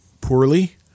poorly